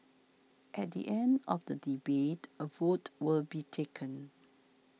at the end of the debate a vote will be taken